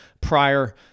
prior